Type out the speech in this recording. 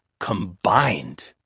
combined.